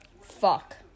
fuck